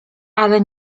ale